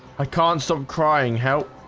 i can't stop crying help.